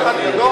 מכירה את זה.